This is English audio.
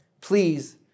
Please